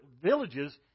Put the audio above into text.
villages